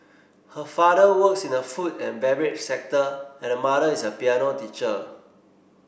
her father works in the food and beverage sector and her mother is a piano teacher